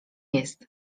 jest